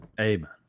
Amen